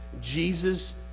Jesus